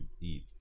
eat